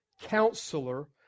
Counselor